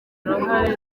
uruhare